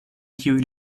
kiuj